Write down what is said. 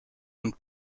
und